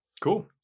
cool